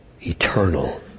eternal